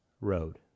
road